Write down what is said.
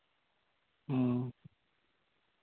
ᱚ